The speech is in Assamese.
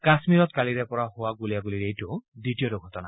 কাশ্মীৰত কালিৰে পৰা হোৱা গুলিয়াগুলীৰ এইটো দ্বিতীয় ঘটনা